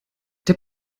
der